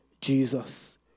Jesus